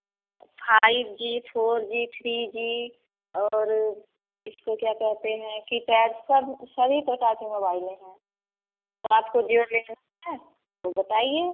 five G four G three G और इसको क्या कहते हैं कि टैडसम सभी प्रकार के मोबाइलें हैं आपको जो लेना है वह बताइए